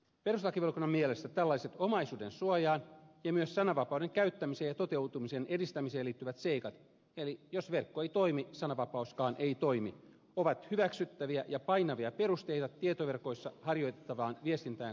perustuslakivaliokunnan mielestä tällaiset omaisuuden suojaan ja myös sananvapauden käyttämiseen ja toteutumisen edistämiseen liittyvät seikat eli jos verkko ei toimi sananvapauskaan ei toimi ovat hyväksyttäviä ja painavia perusteita tietoverkoissa harjoitettavaan viestintään kohdistuville rajoituksille